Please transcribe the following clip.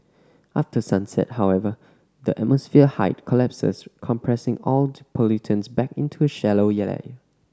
after sunset however the atmosphere height collapses compressing all the pollutants back into a shallow